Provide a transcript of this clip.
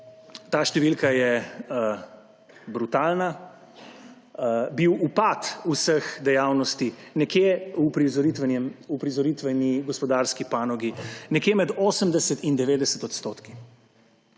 ta številka je brutalna, je bil upad vseh dejavnosti v uprizoritveni gospodarski panogi nekje med 80 in 90 %.